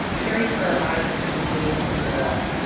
caring for our bodies means doing nothing at all,